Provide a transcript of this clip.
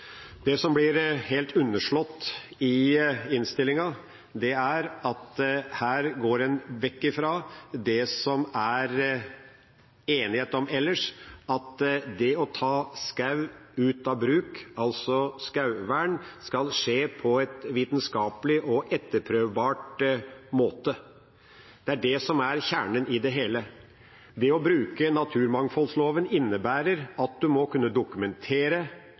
Det som blir helt underslått i innstillinga, er at her går en vekk fra det som det er enighet om ellers, at det å ta skog ut av bruk, altså skogvern, skal skje på en vitenskapelig og etterprøvbar måte. Det er det som er kjernen i det hele. Det å bruke naturmangfoldloven innebærer at en må kunne dokumentere